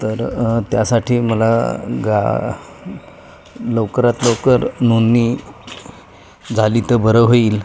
तर त्यासाठी मला गा लवकरात लवकर नोंदणी झाली तर बरं होईल